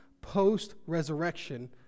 post-resurrection